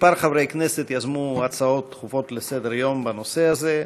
כמה חברי כנסת יזמו הצעות דחופות לסדר-היום בנושא הזה.